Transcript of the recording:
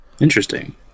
Interesting